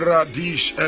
Radish